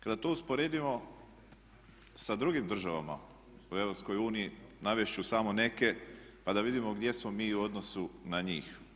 Kada to usporedimo sa drugim državama u EU navest ću samo neke pa da vidimo gdje smo mi u odnosu na njih.